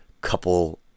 couple